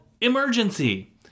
Emergency